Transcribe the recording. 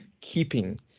keeping